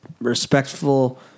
Respectful